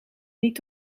niet